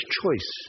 choice